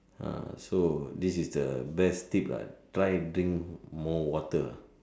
ah so this is the best tip ah try drink more water